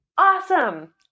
Awesome